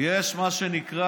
יש מה שנקרא,